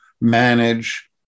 manage